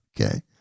Okay